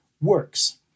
works